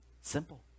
Simple